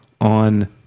on